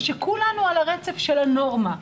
ושכולנו על הרצף של הנורמה.